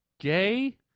gay